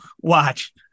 watch